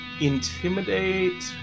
Intimidate